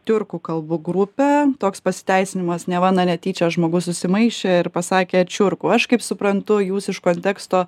tiurkų kalbų grupę toks pasiteisinimas neva na netyčia žmogus susimaišė ir pasakė čiurkų aš kaip suprantu jūs iš konteksto